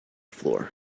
floor